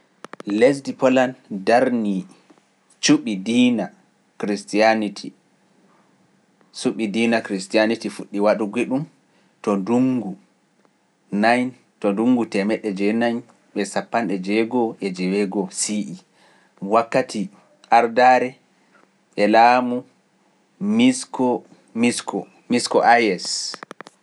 Lesdi Polan darni cuɓi diina christianity fuɗɗi waɗugui ɗum to ndungu ujune e temedde jenayi e cappande jego (nineteen sixty) sii wakkati ardaare e laamu Misko Ayes.